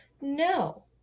No